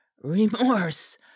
Remorse